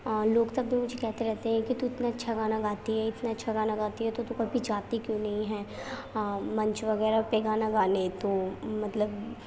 لوگ تک بھی مجھے کہتے رہتے ہیں کہ تو اتنا اچھا گانا گاتی ہے اتنا اچھا گانا گاتی ہے تو تو کبھی جاتی کیوں نہیں ہے منچ وغیرہ پہ گانا گانے تو مطلب